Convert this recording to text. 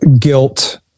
guilt